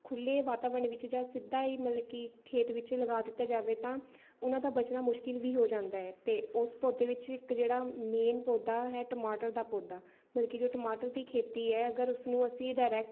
ਖੁੱਲ੍ਹੇ ਵਾਤਾਵਰਣ ਵਿੱਚ ਜਾਂ ਸਿੱਧਾ ਹੀ ਮਤਲਬ ਕਿ ਖੇਤ ਵਿੱਚ ਲਗਾ ਦਿੱਤਾ ਜਾਵੇ ਤਾਂ ਉਹਨਾਂ ਦਾ ਬਚਣਾ ਮੁਸ਼ਕਿਲ ਵੀ ਹੋ ਜਾਂਦਾ ਹੈ ਅਤੇ ਉਸ ਪੌਦੇ ਵਿੱਚ ਇੱਕ ਜਿਹੜਾ ਮੇਨ ਪੌਦਾ ਹੈ ਟਮਾਟਰ ਦਾ ਪੌਦਾ ਮਤਲਬ ਕਿ ਜੋ ਟਮਾਟਰ ਦੀ ਖੇਤੀ ਹੈ ਅਗਰ ਉਸਨੂੰ ਅਸੀਂ ਡਾਇਰੈਕਟ